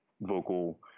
vocal